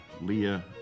Leah